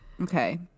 Okay